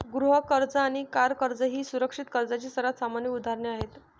गृह कर्ज आणि कार कर्ज ही सुरक्षित कर्जाची सर्वात सामान्य उदाहरणे आहेत